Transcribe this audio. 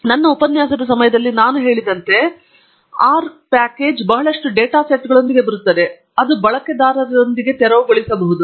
ಈಗ ನನ್ನ ಉಪನ್ಯಾಸದ ಸಮಯದಲ್ಲಿ ನಾನು ಹೇಳಿದಂತೆ ಆರ್ ಪ್ಯಾಕೇಜ್ ಬಹಳಷ್ಟು ಡಾಟಾ ಸೆಟ್ಗಳೊಂದಿಗೆ ಬರುತ್ತದೆ ಅದು ಬಳಕೆದಾರರೊಂದಿಗೆ ತೆರವುಗೊಳಿಸಬಹುದು